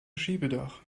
schiebedach